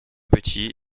petits